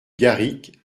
garric